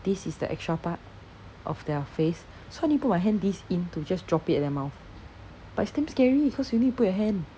this is the extra part of their face so I need to put my hand this in to just drop it at their mouth but it's damn scary cause you need to put your hand